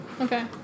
Okay